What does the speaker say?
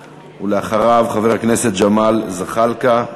ואחריו, חבר הכנסת ג'מאל זחאלקה.